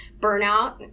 burnout